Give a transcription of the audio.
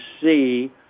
see